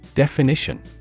Definition